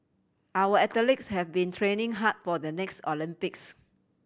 our athletes have been training hard for the next Olympics